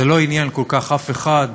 זה לא עניין כל כך אף אחד.